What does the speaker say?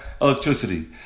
electricity